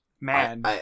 Man